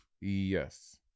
Yes